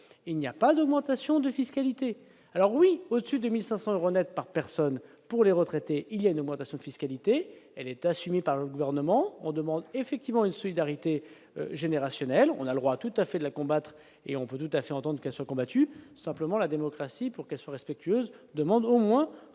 il n'y a pas d'augmentation de fiscalité alors oui au-dessus de 1500 euros Net par personne pour les retraités, il y a une augmentation fiscalité elle est assumée par le gouvernement, on demande effectivement une solidarité générationnelle, on a le roi tout à fait de la combattre et on peut tout à fait entendre qu'elles soient combattues. Simplement la démocratie, pour qu'elles soient respectueuses demande au moins